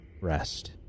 rest